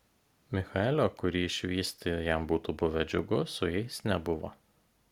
michaelio kurį išvysti jam būtų buvę džiugu su jais nebuvo